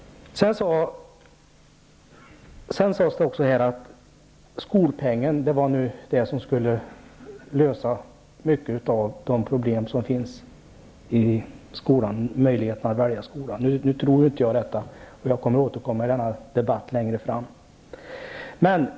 Det sades också att skolpengen skulle lösa många av de problem som finns i skolan genom möjligheten att välja skola. Nu tror inte jag det, och jag kommer att återkomma till det längre fram i debatten.